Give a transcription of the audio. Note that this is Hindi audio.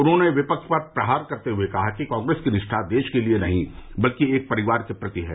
उन्होंने विपक्ष पर प्रहार करते हुए कहा कि कांग्रेस की निष्ठा देश के लिये नहीं बल्कि एक परिवार के प्रति है